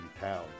town